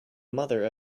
mother